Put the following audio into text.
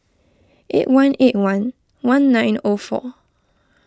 eight one eight one one nine O four